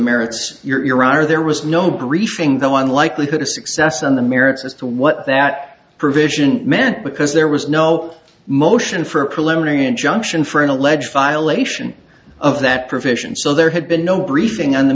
merits your are there was no briefing though on likelihood of success on the merits as to what that provision meant because there was no motion for a preliminary injunction for an alleged violation of that provision so there had been no briefing on the